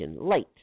light